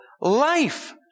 life